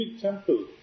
temple